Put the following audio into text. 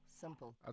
Simple